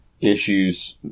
issues